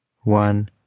One